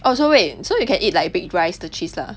orh so wait so you can eat like baked rice the cheese lah